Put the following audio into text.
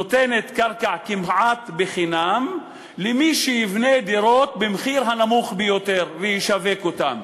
נותנת קרקע כמעט בחינם למי שיבנה דירות במחיר הנמוך ביותר וישווק אותן.